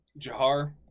Jahar